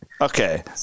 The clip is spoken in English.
Okay